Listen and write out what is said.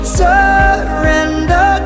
surrender